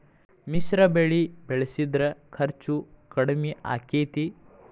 ಮಿಶ್ರ ಬೆಳಿ ಬೆಳಿಸಿದ್ರ ಖರ್ಚು ಕಡಮಿ ಆಕ್ಕೆತಿ?